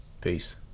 Peace